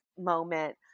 moment